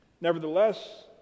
Nevertheless